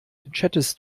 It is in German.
chattest